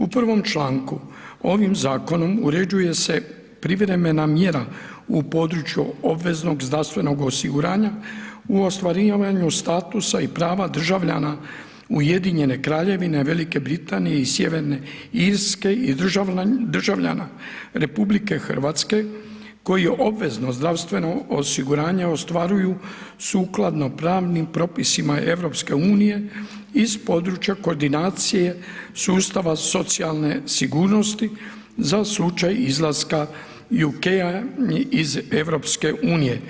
U prvom članku ovim zakonom uređuje se privremena mjera u području obveznog zdravstvenog osiguranja, u ostvarivanja statusa i prava državljana Ujedinjene Kraljevine, Velike Britanije i Sjeverne Irske i državljana RH, koji obvezno zdravstveno osiguranje ostvaruju sukladno pravnim propisima EU iz područja koordinacije sustava socijalne sigurnosti, za slučaj izlaska UK iz EU.